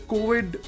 Covid